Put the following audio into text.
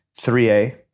3A